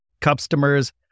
Customers